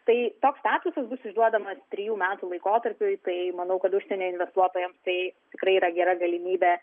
tai toks statusas bus išduodamas trijų metų laikotarpiui tai manau kad užsienio investuotojams tai tikrai yra gera galimybė